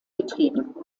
betrieben